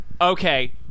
Okay